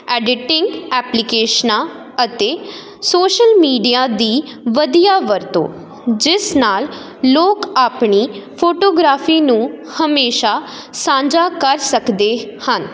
editing ਐਪਲੀਕਸ਼ਨਾਂ ਅਤੇ social media ਦੀ ਵਧੀਆ ਵਰਤੋਂ ਜਿਸ ਨਾਲ ਲੋਕ ਆਪਣੀ ਫੋਟੋਗ੍ਰਾਫੀ ਨੂੰ ਹਮੇਸ਼ਾ ਸਾਂਝਾ ਕਰ ਸਕਦੇ ਹਨ